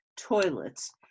toilets